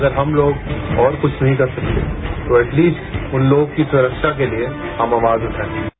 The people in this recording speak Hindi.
अगर हम लोग और कुछ नहीं कर सकते तो ऐटलिस्ट उन लोगों की सुरक्षा के लिए हम आवाज उगएं